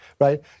right